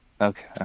okay